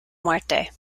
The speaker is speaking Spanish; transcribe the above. muerte